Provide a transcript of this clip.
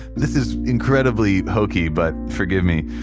this is incredibly hokey, but forgive me.